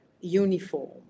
uniform